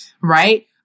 Right